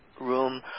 room